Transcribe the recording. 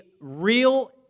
real